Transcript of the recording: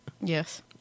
Yes